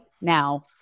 now